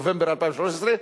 נובמבר 2013,